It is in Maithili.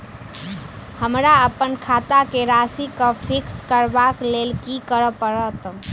हमरा अप्पन खाता केँ राशि कऽ फिक्स करबाक लेल की करऽ पड़त?